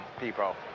people